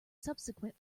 subsequent